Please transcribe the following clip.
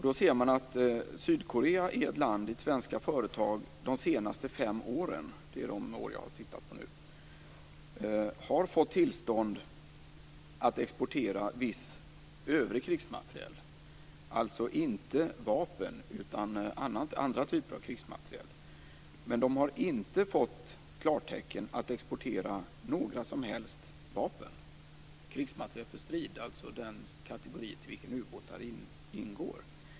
Då ser vi att Sydkorea är ett land dit svenska företag under de senaste fem åren - det är de år jag har tittat på - har fått tillstånd att exportera viss övrig krigsmateriel - alltså inte vapen utan andra typer av krigsmateriel. Men man har inte fått klartecken att exportera några som helst vapen, krigsmateriel för strid - alltså den kategori i vilken ubåtar ingår.